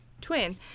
twin